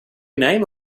name